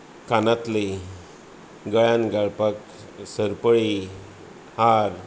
कानांतलीं गळ्यांत घालपाक सरपळी हार